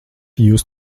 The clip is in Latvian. jūs